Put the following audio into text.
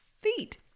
feet